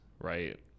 right